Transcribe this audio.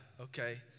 Okay